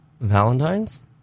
Valentine's